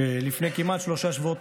שלפני כמעט שלושה שבועות,